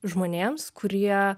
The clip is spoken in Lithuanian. žmonėms kurie